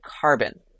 Carbon